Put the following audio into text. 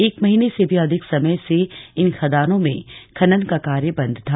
एक माह से भी अधिक समय से इन खदानों में खनन का कार्य बन्द था